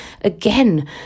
Again